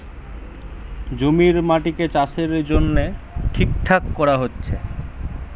জমির মাটিকে চাষের জন্যে ঠিকঠাক কোরা হচ্ছে